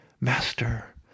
Master